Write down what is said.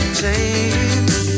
change